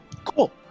Cool